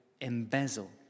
embezzle